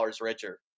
richer